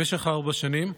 במשך ארבע שנים,